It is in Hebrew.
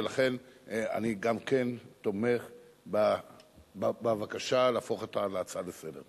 ולכן גם אני תומך בבקשה להפוך אותה להצעה לסדר-היום.